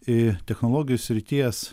į technologijų srities